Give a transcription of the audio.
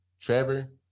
Trevor